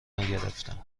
نگرفتم